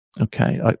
okay